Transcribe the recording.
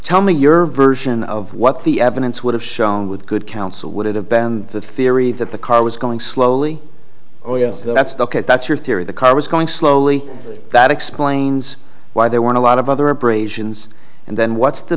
tell me your version of what the evidence would have shown with good counsel would it have banned the theory that the car was going slowly oh yeah that's ok that's your theory the car was going slowly that explains why there weren't a lot of other abrasions and then what's the